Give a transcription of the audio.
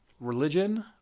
religion